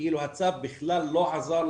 כאילו הצו בכלל לא עזר,